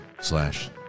slash